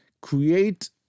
create